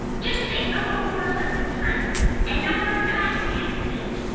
just think no more wars on their planet and no more traffic accidents.